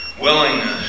willingness